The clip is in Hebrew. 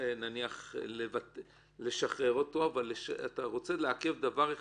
נניח לשחרר אותו, אבל אתה רוצה לעכב דבר אחד.